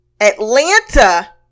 Atlanta